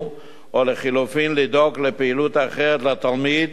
או לחלופין לדאוג לפעילות אחרת לתלמיד